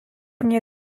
мне